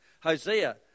Hosea